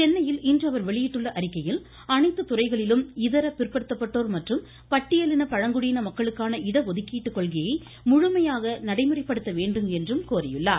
சென்னையில் இன்று அவர் வெளியிட்டுள்ள அறிக்கையில் அனைத்துத் துறைகளிலும் இதர பிற்படுத்தப்பட்டோர் மற்றும் பட்டியலின பழங்குடியின மக்களுக்கான இடஒதுக்கீட்டுக் கொள்கையை முழுமையாக நடைமுறைப்படுத்த வேண்டும் என்றும் கோரியுள்ளார்